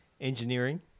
engineering